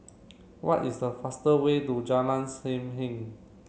what is the fastest way to Jalan Sam Heng